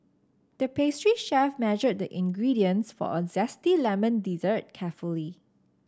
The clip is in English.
the pastry chef measured the ingredients for a zesty lemon dessert carefully